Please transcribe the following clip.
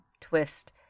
twist